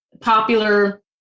popular